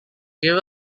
give